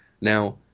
Now